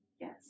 yes